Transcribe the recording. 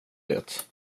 det